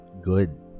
good